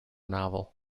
novel